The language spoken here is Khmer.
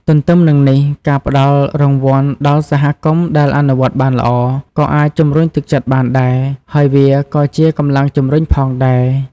ទន្ទឹមនឹងនេះ ការផ្តល់រង្វាន់ដល់សហគមន៍ដែលអនុវត្តបានល្អ ក៏អាចជំរុញទឹកចិត្តបានដែរ ហើយវាក៏ជាកម្លាំងជម្រុញផងដែរ។